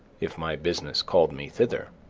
if my business called me thither.